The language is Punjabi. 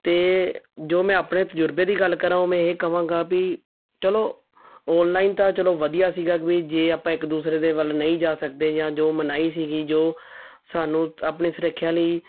ਅਤੇ ਜੋ ਮੈਂ ਆਪਣੇ ਤਜੁਰਬੇ ਦੀ ਗੱਲ ਕਰਾਂ ਉਹ ਮੈਂ ਇਹ ਕਹਾਂਗਾ ਵੀ ਚਲੋ ਔਨਲਾਈਨ ਤਾਂ ਚਲੋ ਵਧੀਆ ਸੀਗਾ ਵੀ ਜੇ ਆਪਾਂ ਇੱਕ ਦੂਸਰੇ ਦੇ ਵੱਲ ਨਹੀਂ ਜਾ ਸਕਦੇ ਜਾਂ ਜੋ ਮਨਾਹੀ ਸੀਗੀ ਜੋ ਸਾਨੂੰ ਆਪਣੀ ਸੁਰੱਖਿਆ ਲਈ